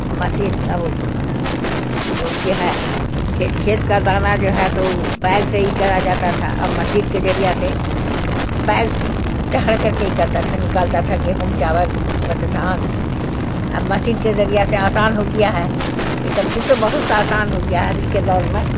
machine اب یہ ہے کھیت کا دانہ جو ہے تو بیل سے ہی کرا جاتا تھا اب مسین کے ذریعہ سے بیل چڑھ کر کے ہی کرتا تھا نکالتا تھا گیہوں چاول اس میں سے دھان اب مسین کے ذریعہ سے آسان ہو گیا ہے یہ سب چیز تو بہت سا آسان ہو گیا ہے ابھی کے دور میں